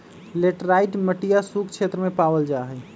laterite मटिया सूखा क्षेत्र में पावल जाहई